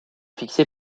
fixé